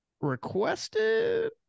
requested